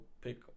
pick